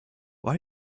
why